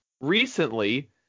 recently